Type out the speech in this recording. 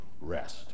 rest